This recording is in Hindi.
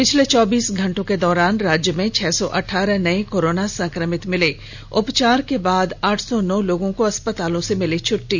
पिछले चौबीस घंटे के दौरान राज्य में छह सौ अठारह नए कोरोना संक्रमित मिले उपचार के बाद आठ सौ नौ लोगों को अस्पतालों से मिली छुट्टी